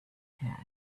had